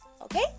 okay